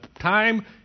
time